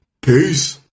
peace